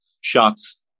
shots